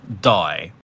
die